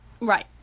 Right